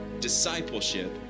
discipleship